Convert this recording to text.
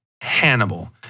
Hannibal